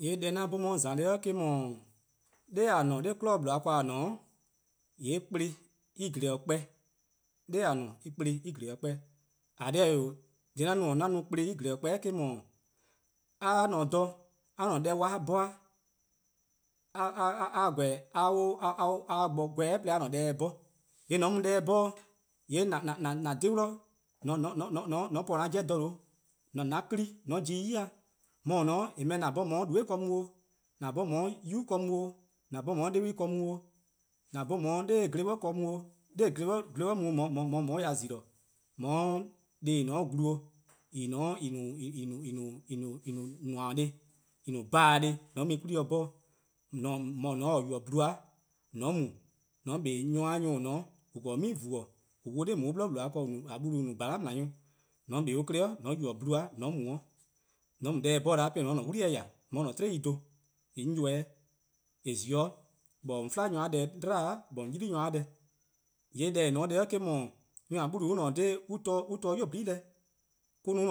:Yee' deh 'an 'bhorn 'on 'ye-a :za :neheh' eh 'dhu, 'nor :a :ne-a, 'norm 'kwi'nehbo: :bluhba ken :a :ne-a' :yee' kplen en :glen-dih kpor+, 'nor :a :ne-a 'kplen en :gleh-dih kpor+ :eh :korn dhih eh-: 'wee', 'deh :eh :korn dhih 'an no kplen :hlen-dih kpor+-', :mor a :ne dha :a-a' deh dih 'bhorn-eh, a :korn a 'ye bo :gweh 'de a 'ye deh-dih 'bhorn, :yee' :mor :an mu deh-dih 'bhorn :yee' :an dhe dih, :mor :on po-a an 'jeh :dha :due', :an-a 'kpa+ :mor :on pobo-ih ya, :mor :on :ne 'o :eh gweh :an 'bhorn :on 'ye 'de :dueh' ken mu 'o-', or 'de yubu' ken mu 'o-', :an 'bhorn :on 'ye 'de dihbih ken mu 'o-', :an 'bhorn :on 'ye 'nor gle 'bli ken mu 'o-', :on 'ye 'nor gle 'bli mu :on 'ye-dih :zili:, :on 'ye deh+ :en :ne-a 'de glu, :en :ne-a 'de :en no-a 'wan-deh+, :en no-a pa-deh+, :mor :an mu-eh 'kwla+-dih 'bhorn, :mor :or :ne-a 'o :or yubo-a :dle-a, :mor :on mu :on 'kpa o nyor+-a nyor+ :on :korn-a 'mii vuor-a' :on 'wluh 'nor on 'bli :bluhba ken :on no-a :bhala' :mla-nyor+, :mor :on 'kpa 'o on 'klei' :on yubo: :dle-a, :mor :on mu 'de, :mor :on mu deh-dih 'bhorn 'da 'de :on 'ye 'de :an-a'a: 'wli-eh :ya :on 'ya :an-a'a: 'tiei' dhen, :yee' 'on ybeh-dih-eh' 'weh, :eh :zi 'o :on 'fla nyor+-a' deh 'dlu-dih, :on 'yli nyor-a deh, :yee' deh :eh :ne-a neh eh-: 'dhu, nyor :noo' :ne :daa an torne' 'nynuu: :nyene deh, ka an no :an-a' deh-dih 'bhorn-eh, :mor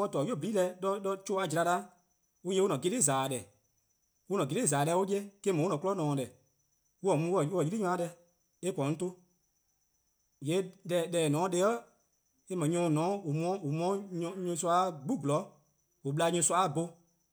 on :torne' 'nynuu: :nyene' deh 'de 'chuh-a :jla 'da, :yee' on 'ye an-a' geli'-za-dih-deh:, an-a' geli'-za-dih-deh on ye-a eh-: no 'an 'kmo :ne-dih deh, an-a mu an-' 'yli nyor deh, eh :korn 'on 'ton. :yee' deh :eh :ne-a :neheh' eh no nyor :on :ne 'o :an mu-a 'de nyorsoa-a' 'gbu 'zorn :an bla-a nyorsoa bho,